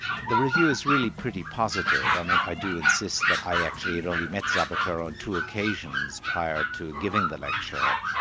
the review is really pretty positive. i mean i do insist that i actually had only met zapatero on two occasions prior to giving the lecture.